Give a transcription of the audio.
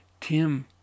Tim